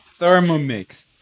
Thermomix